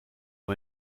nur